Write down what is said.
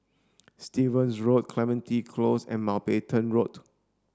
Stevens Road Clementi Close and Mountbatten Road